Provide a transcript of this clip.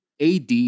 AD